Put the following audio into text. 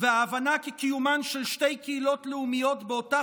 וההבנה כי קיומן של שתי קהילות לאומיות באותה